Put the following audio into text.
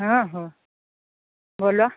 हँ हो बोलऽ